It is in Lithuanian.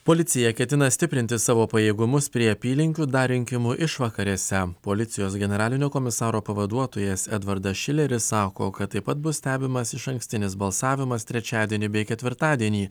policija ketina stiprinti savo pajėgumus prie apylinkių dar rinkimų išvakarėse policijos generalinio komisaro pavaduotojas edvardas šileris sako kad taip pat bus stebimas išankstinis balsavimas trečiadienį bei ketvirtadienį